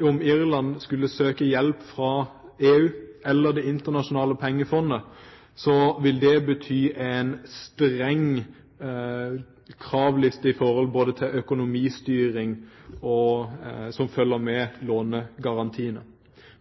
Om EU-land skulle søke hjelp fra EU eller Det internasjonale pengefondet, vil det bety en streng kravliste når det gjelder økonomistyring, som følger med lånegarantiene.